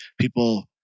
people